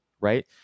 right